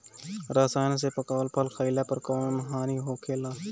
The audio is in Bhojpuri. रसायन से पकावल फल खइला पर कौन हानि होखेला?